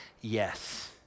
Yes